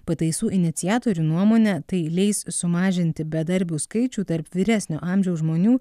pataisų iniciatorių nuomone tai leis sumažinti bedarbių skaičių tarp vyresnio amžiaus žmonių